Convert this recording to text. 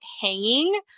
hanging